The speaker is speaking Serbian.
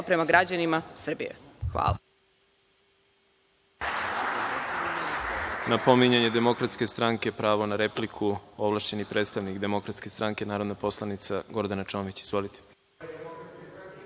prema građanima Srbije. Hvala.